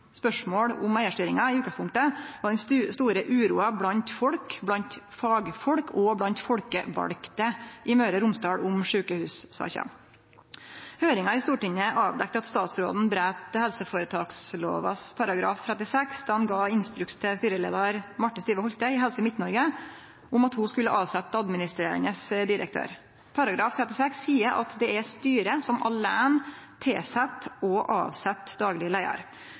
spørsmål om eigarstyringa i utgangspunktet, var den store uroa blant folk, blant fagfolk og blant folkevalde i Møre og Romsdal i sjukehussaka. Høyringa i Stortinget avdekte at statsråden braut helseføretakslova § 36 då han gav instruks til styreleiar Marthe Styve Holte i Helse Midt-Noreg om at ho skulle avsetje administrerande direktør. Paragraf 36 seier at det er styret som